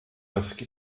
das